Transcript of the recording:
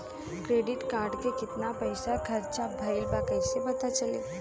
Credit card के कितना पइसा खर्चा भईल बा कैसे पता चली?